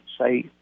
say